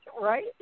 right